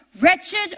Wretched